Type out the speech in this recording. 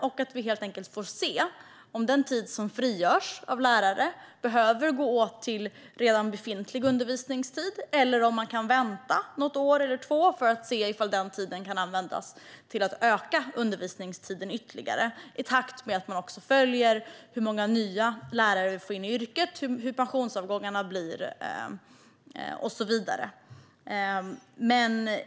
Då skulle vi helt enkelt få se om den tid som frigörs behöver gå åt till redan befintlig undervisningstid eller om man kan vänta något år eller två för att se om den tiden kan användas till att öka undervisningstiden ytterligare i takt med att man också följer hur många nya lärare som kommer in i yrket, hur pensionsavgångarna blir och så vidare.